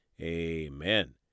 amen